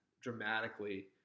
dramatically